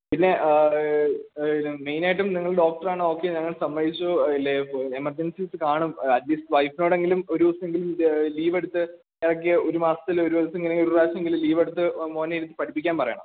പിന്നെ മെയിനായിട്ടും നിങ്ങൾ ഡോക്ടറാണ് ഓക്കെ ഞങ്ങൾ സമ്മതിച്ചു എമർജെൻസീസ് കാണും അറ്റ് ലീസ്റ്റ് വൈഫിനോടെങ്കിലും ഒരു ദിവസമെങ്കിലും ലീവെടുത്ത് ഇതാക്കി ഒരു മാസത്തിലൊരു ദിവസമെങ്കിലും ഇല്ലെങ്കില് ഒരു പ്രാവശ്യമെങ്കിലും ലീവെടുത്ത് മോനെ ഇരുത്തി പഠിപ്പിക്കാന് പറയണം